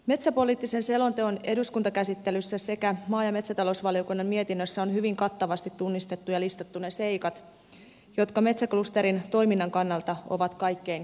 metsäpoliittisen selonteon eduskuntakäsittelyssä sekä maa ja metsätalousvaliokunnan mietinnössä on hyvin kattavasti tunnistettu ja listattu ne seikat jotka metsäklusterin toiminnan kannalta ovat kaikkein keskeisimpiä